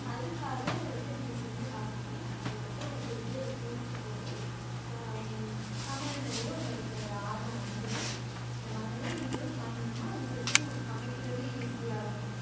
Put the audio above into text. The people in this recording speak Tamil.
அதுக்காகவே அதை வந்து நீங்கள் செஞ்சு பார்ப்பிங்க அதுக்கப்பறம் உங்களுக்கே அது பிடிச்சி போய் சமையல் மேலேயே உங்களுக்கு ஒரு ஆர்வம் வந்துடும் இந்த மாதிரிலாம் நீங்களும் பண்ணீங்கன்னா உங்களுக்கும் சமைக்கிறது ஈஸியாக இருக்கும்